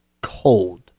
cold